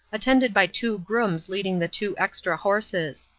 attended by two grooms leading the two extra horses.